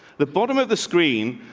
the bottom of the screen,